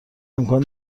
امکان